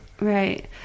Right